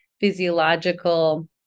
physiological